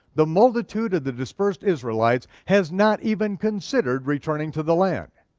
the multitude of the dispersed israelites has not even considered returning to the land.